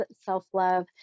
self-love